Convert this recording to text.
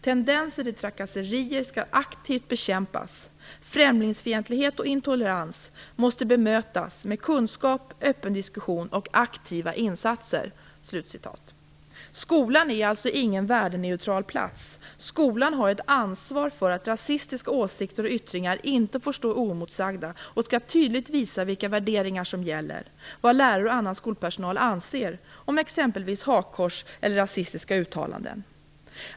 Tendenser till trakasserier skall aktivt bekämpas. Främlingsfientlighet och intolerans måste bemötas med kunskap, öppen diskussion och aktiva insatser." Skolan är alltså ingen värdeneutral plats. Skolan har ett ansvar för att rasistiska åsikter och yttringar inte får stå oemotsagda och skall tydligt visa vilka värderingar som gäller, vad lärare och annan skolpersonal anser om exempelvis hakkors eller rasistiska uttalanden.